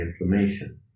inflammation